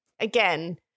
again